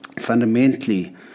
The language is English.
fundamentally